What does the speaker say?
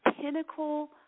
pinnacle